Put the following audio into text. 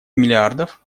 миллиардов